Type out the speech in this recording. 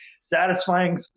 satisfying